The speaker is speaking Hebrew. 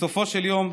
בסופו של יום,